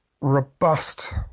robust